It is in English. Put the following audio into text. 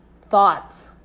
thoughts